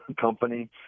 company